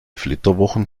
flitterwochen